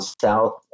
south